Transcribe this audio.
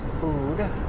food